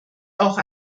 auch